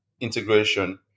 integration